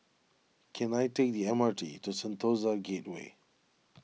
can I take the M R T to Sentosa Gateway